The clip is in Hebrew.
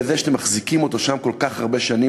בזה שאתם מחזיקים אותו שם כל כך הרבה שנים,